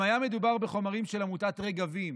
אם היה מדובר בחומרים של עמותת רגבים,